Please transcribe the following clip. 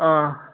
آ